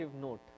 note